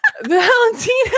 Valentina